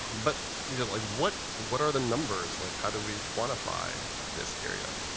but yeah like what what are the numbers? like how do we quantify this area?